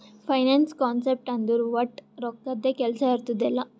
finance concept ಅಂದುರ್ ವಟ್ ರೊಕ್ಕದ್ದೇ ಕೆಲ್ಸಾ ಇರ್ತುದ್ ಎಲ್ಲಾ